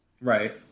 Right